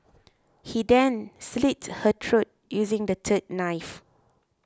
he then slit her throat using the third knife